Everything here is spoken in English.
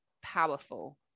powerful